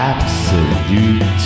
Absolute